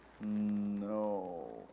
No